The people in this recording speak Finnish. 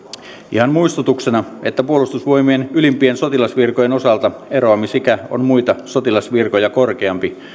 ihan muistutuksena että puolustusvoimien ylimpien sotilasvirkojen osalta eroamisikä on muita sotilasvirkoja korkeampi